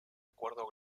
acuerdo